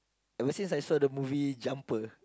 ever since I saw the movie Jumper